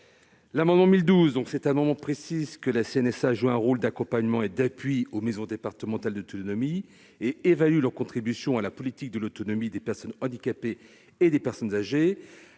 L'amendement n° 1012 vise à préciser que la CNSA joue un rôle d'accompagnement et d'appui aux maisons départementales de l'autonomie et évalue leur contribution à la politique de l'autonomie des personnes handicapées et des personnes âgées.